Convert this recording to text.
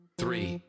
three